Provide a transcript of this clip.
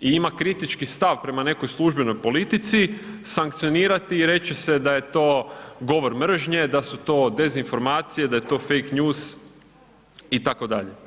i ima kritički stav prema nekoj službenoj politici, sankcionirati i reći se da je to govor mržnje, da su to dezinformacija, da je to fake news itd.